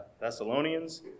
Thessalonians